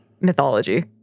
mythology